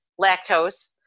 lactose